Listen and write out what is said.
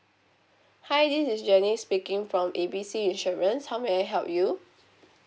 hi this is janice speaking from A B C insurance how may I help you